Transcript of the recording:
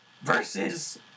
versus